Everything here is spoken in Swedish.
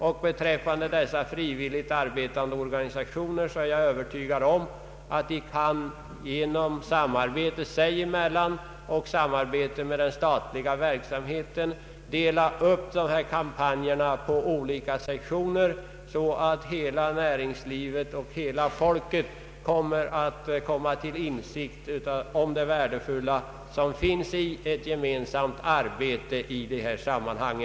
Jag är övertygad om att dessa organisationer genom samarbete sinsemellan och med staten kan dela upp kampanjerna i olika sektioner så att hela näringslivet och hela folket kommer till insikt om det värdefulla i ett gemensamt arbete i dessa sammanhang.